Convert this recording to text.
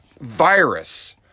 virus